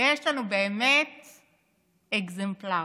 ויש לנו באמת אקזמפלר,